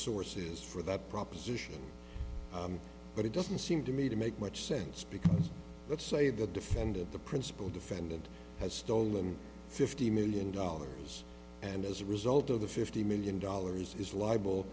sources for that proposition but it doesn't seem to me to make much sense because let's say the defendant the principal defendant has stolen fifty million dollars and as a result of the fifty million dollars is li